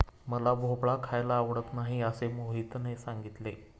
मला भोपळा खायला आवडत नाही असे मोहितने सांगितले